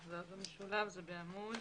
בנוסח המשולב זה בעמוד